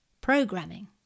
programming